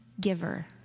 giver